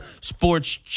Sports